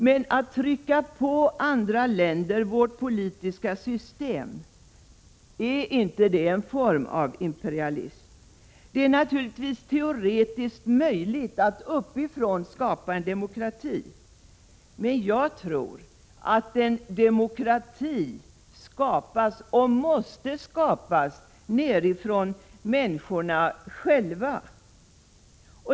Att däremot trycka på andra länder vårt politiska system — är inte det en form av imperialism? Det är naturligtvis teoretiskt möjligt att uppifrån skapa en demokrati. Men jag tror att en demokrati skapas och måste skapas nerifrån, med utgångspunkt i människorna själva.